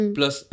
Plus